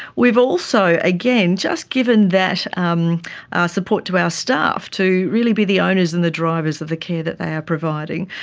we've also, again, just given that um support to our staff to really be the owners and the drivers of the care that they are providing.